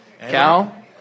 Cal